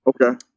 Okay